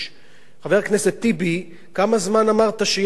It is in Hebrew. כמה זמן אמרת שיש ועדה קרואה בטייבה?